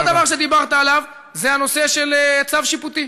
עוד דבר שדיברת עליו הוא הנושא של צו שיפוטי.